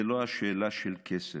זה לא שאלה של כסף,